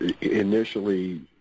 initially